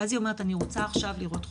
ואז היא אומרת "אני רוצה עכשיו לראות חוקר,